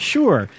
Sure